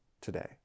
today